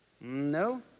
No